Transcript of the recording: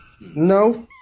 no